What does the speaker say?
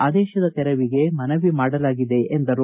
ಆದೇಶದ ತೆರವಿಗೆ ಮನವಿ ಮಾಡಲಾಗಿದೆ ಎಂದರು